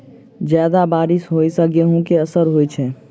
जियादा बारिश होइ सऽ गेंहूँ केँ असर होइ छै?